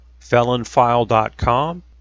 felonfile.com